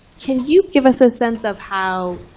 can you give us a sense of how